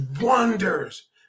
wonders